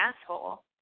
asshole